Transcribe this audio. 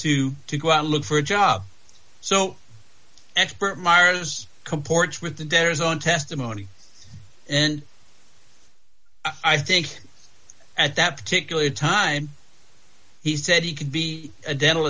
to go out and look for a job so expert myers comports with the debtors own testimony and i think at that particular time he said he could be a dental